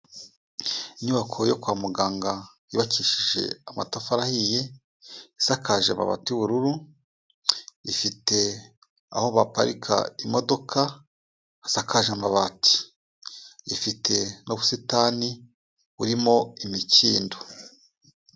Inyubako yo kwa muganga yubakishije amatafari ahiye, isakaje amabati y'ubururu, ifite aho baparika imodoka hasakaje amabati, ifite n'ubusitani burimo imikindo.